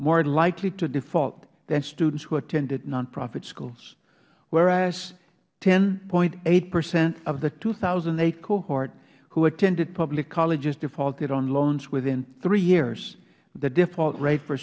more likely to default than students who attended nonprofit schools whereas ten point eight percent of the two thousand and eight cohort who attended public colleges defaulted on loans within three years the default rate for